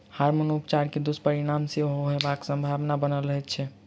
hormone उपचार के दुष्परिणाम सेहो होयबाक संभावना बनल रहैत छै